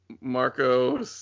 Marco